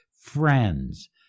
friends